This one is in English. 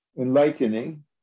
enlightening